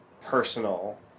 personal